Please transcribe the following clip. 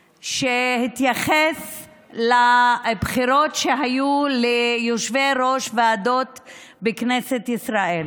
שהתייחס לבחירות שהיו ליושבי-ראש ועדות בכנסת ישראל.